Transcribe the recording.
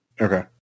Okay